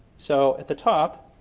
so at the top,